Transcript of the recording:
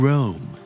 Rome